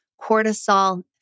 cortisol